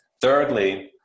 thirdly